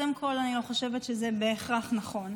קודם כול, אני לא חושבת שזה בהכרח נכון.